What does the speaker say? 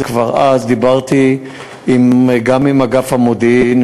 כבר אז דיברתי גם עם אגף המודיעין,